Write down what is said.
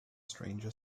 stranger